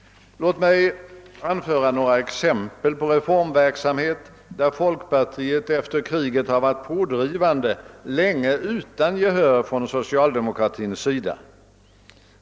Låt mig anföra några exempel på reformverksamhet, där folkpartiet efter kriget länge har varit pådrivande utan gehör hos socialdemokratin!